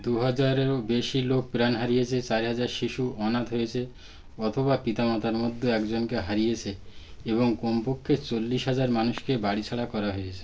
দু হাজারেরও বেশি লোক প্রাণ হারিয়েছে চার হাজার শিশু অনাথ হয়েছে অথবা পিতা মাতার মধ্যে একজনকে হারিয়েছে এবং কমপক্ষে চল্লিশ হাজার মানুষকে বাড়ি ছাড়া করা হয়েছে